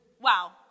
Wow